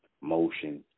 Motion